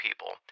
people